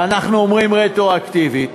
ואנחנו אומרים: רטרואקטיבית,